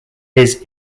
his